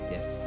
Yes